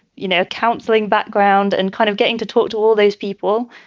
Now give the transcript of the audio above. you know, councelling background and kind of getting to talk to all those people.